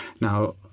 Now